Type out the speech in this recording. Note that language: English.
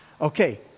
Okay